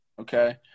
okay